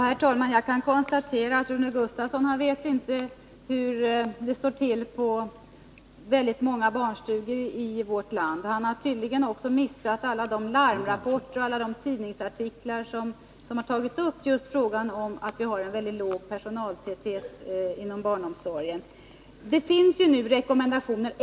Herr talman! Jag kan konstatera att Rune Gustavsson inte vet hur det står till på många barnstugor i vårt land. Han har tydligen också missat alla de tidningsartiklar och larmrapporter som tagit upp den låga personaltätheten inom barnomsorgen.